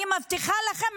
אני מבטיחה לכם,